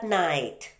night